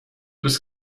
was